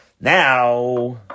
Now